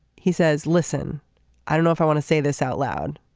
he says listen i don't know if i want to say this out loud